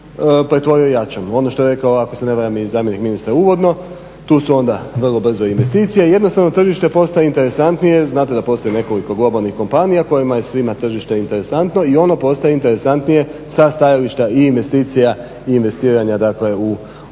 pretvorio jačom. Ono što je rekao ako se ne varam i zamjenik ministra uvodno. Tu su onda vrlo brzo investicije i jednostavno tržište postaje interesantnije. Znate da postoji nekoliko globalnih kompanija kojima je svima tržište interesantno i ono postaje interesantnije sa stajališta i investicija i investiranja, dakle